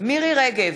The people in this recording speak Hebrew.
מירי רגב,